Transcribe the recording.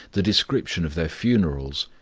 the description of their funerals,